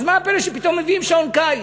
אז מה הפלא שפתאום מביאים שעון קיץ?